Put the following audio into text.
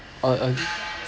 uh uh